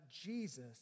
Jesus